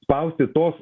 spausti tos